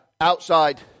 outside